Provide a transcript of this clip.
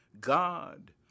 God